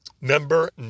Number